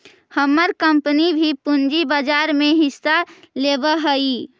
हमर कंपनी भी पूंजी बाजार में हिस्सा लेवअ हई